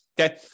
Okay